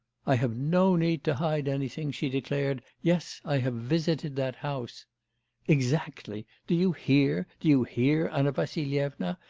i have no need to hide anything she declared. yes, i have visited that house exactly! do you hear, do you hear, anna vassilyevna?